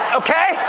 okay